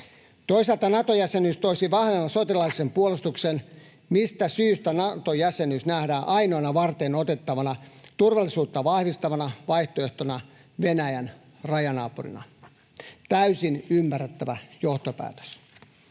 Toisaalta Nato-jäsenyys toisi vahvemman sotilaallisen puolustuksen, mistä syystä Nato-jäsenyys nähdään ainoana varteenotettavana turvallisuutta vahvistavana vaihtoehtona Venäjän rajanaapurina — täysin ymmärrettävä johtopäätös.